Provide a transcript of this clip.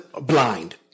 Blind